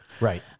Right